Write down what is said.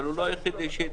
אבל הוא לא היחידי שהתבדה.